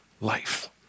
life